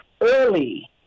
early